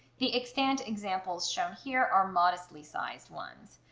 the extant examples shown here are modestly sized ones,